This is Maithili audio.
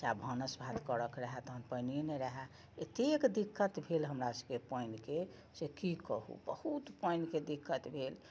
चाहे भानस भात करैके रहै तहन पानिये नहि रहै एतेक दिक्कत भेल हमरा सबके पानिके से की कहू बहुत पानिके दिक्कत भेल